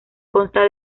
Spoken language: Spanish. consta